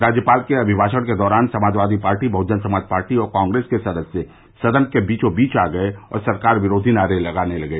राज्यपाल के अभिभाषण के दौरान समाजवादी पार्टी बहुजन समाज पार्टी और कांग्रेस के सदस्य सदन के बीचों बीच आ गए और सरकार विरोधी नारे लगाये